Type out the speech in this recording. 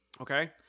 Okay